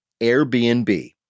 Airbnb